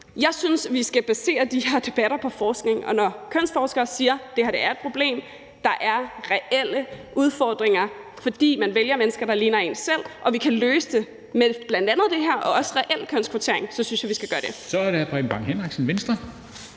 Jeg synes, vi skal basere de her debatter på forskning, og når kønsforskere siger, at det her er et problem, og at der er reelle udfordringer, fordi man vælger mennesker, der ligner en selv, og at vi kan løse det med bl.a. det her og også reel kønskvotering, så synes jeg vi skal gøre det. Kl. 13:43 Formanden (Henrik Dam